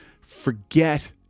forget